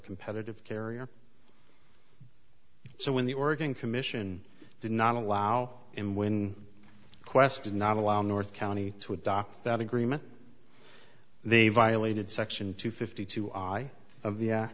competitive carrier so when the oregon commission did not allow in when qwest did not allow north county to adopt that agreement they violated section two fifty two i